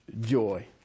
joy